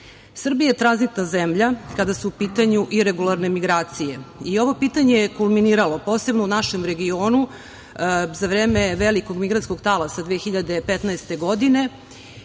je tranzitna zemlja kada su u pitanju iregularne migracije i ovo pitanje je kulminiralo, posebno u našem regionu za vreme velikog migrantskog talasa 2015. godine